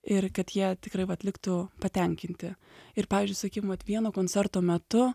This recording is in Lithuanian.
ir kad jie tikrai vat liktų patenkinti ir pavyzdžiui sakym vat vieno koncerto metu